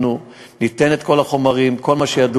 אנחנו ניתן את כל החומרים, כל מה שידוע.